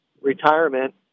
retirement